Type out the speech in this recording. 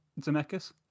Zemeckis